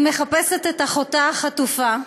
היא מחפשת את אחותה החטופה,